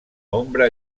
ombra